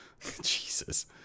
Jesus